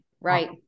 right